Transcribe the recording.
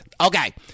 Okay